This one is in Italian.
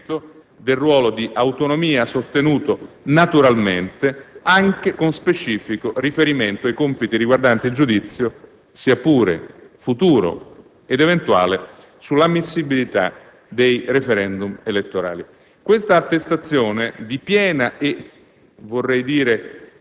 un riconoscimento del ruolo di autonomia sostenuto, "naturalmente" anche con specifico riferimento ai compiti riguardanti il giudizio (sia pure futuro ed eventuale) sulla ammissibilità dei *referendum* elettorali. Questa attestazione di piena e,